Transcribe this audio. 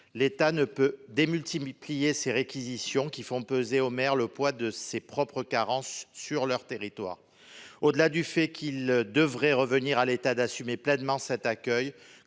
L'État ne peut multiplier ces réquisitions et faire peser sur les maires le poids de ses propres carences sur les territoires. Au-delà du fait qu'il devrait revenir à l'État d'assumer pleinement cet accueil,